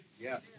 Yes